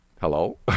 Hello